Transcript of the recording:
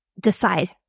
decide